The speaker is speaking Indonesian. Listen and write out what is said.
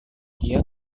dia